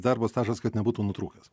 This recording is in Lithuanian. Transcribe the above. darbo stažas kad nebūtų nutrūkęs